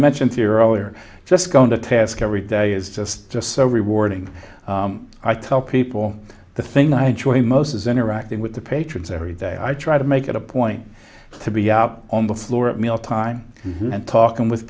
mentioned here earlier just going to task every day is just just so rewarding i tell people the thing i most is interacting with the patrons every day i try to make it a point to be out on the floor at meal time and talking with